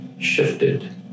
shifted